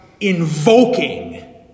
invoking